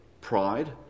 pride